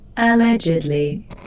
Allegedly